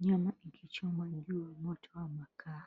Nyama ikichomwa juu ya moto wa makaa,